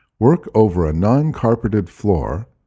work over a non-carpeted floor,